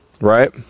right